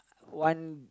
one